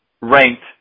ranked –